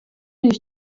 азыр